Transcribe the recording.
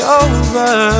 over